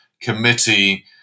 committee